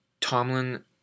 Tomlin